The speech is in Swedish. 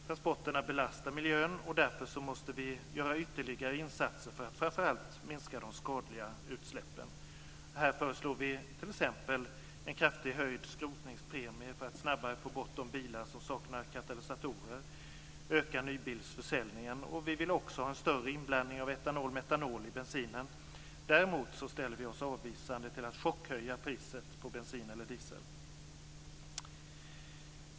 Transporterna belastar dock miljön, och därför måste vi göra ytterligare insatser för att framför allt minska de skadliga utsläppen. Vi föreslår t.ex. en kraftigt höjd skrotningspremie för att snabbare få bort de bilar som saknar katalysator och öka nybilsförsäljningen. Vi vill också ha större inblandning av etanol och metanol i bensinen. Däremot ställer vi oss avvisande till att chockhöja priset på bensin eller diesel.